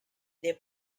they